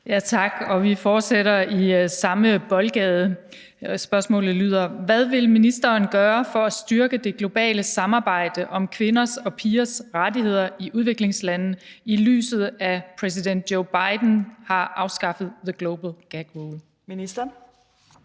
(V): Tak. Vi fortsætter i samme boldgade. Spørgsmålet lyder: Hvad vil ministeren gøre for at styrke det globale samarbejde om kvinder og pigers rettigheder i udviklingslande, i lyset af at præsident Joe Biden har afskaffet »The Global Gag Rule«?